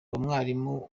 mwarimu